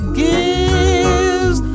gives